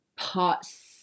parts